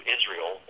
Israel